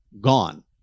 gone